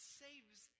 saves